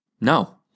No